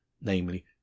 namely